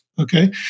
Okay